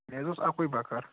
مےٚ حظ اوس اَکُے بَکار